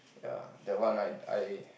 yea that one I I